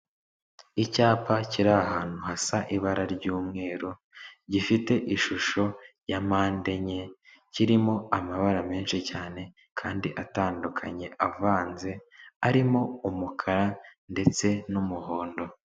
Icyapa kiri ahantu hasa ibara ry'umweru, gifite ishusho ya mande enye, kirimo amabara menshi cyane, kandi atandukanye avanze arimo umukara ndetse n'umuhondo.